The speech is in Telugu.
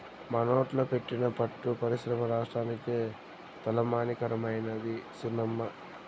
మనోట్ల పెట్టిన పట్టు పరిశ్రమ రాష్ట్రానికే తలమానికమైనాది సినమ్మా